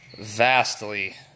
vastly